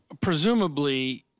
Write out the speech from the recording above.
presumably